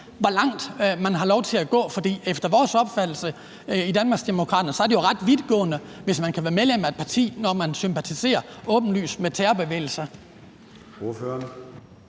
hvor langt man har lov til at gå? For efter vores opfattelse i Danmarksdemokraterne er det jo ret vidtgående, hvis man kan være medlem af et parti, når man sympatiserer åbenlyst med terrorbevægelser.